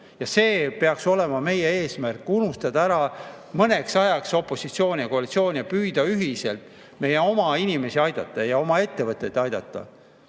See peaks olema meie eesmärk: unustada mõneks ajaks ära opositsioon ja koalitsioon ning püüda ühiselt meie oma inimesi ja oma ettevõtteid aidata.